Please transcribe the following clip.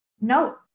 no